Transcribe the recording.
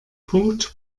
punkt